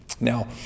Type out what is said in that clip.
Now